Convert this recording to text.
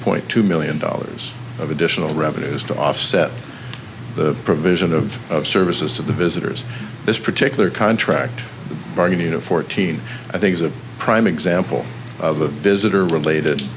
point two million dollars of additional revenues to offset the provision of services to the visitors this particular contract arjuna fourteen i think is a prime example of a visitor related